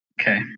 Okay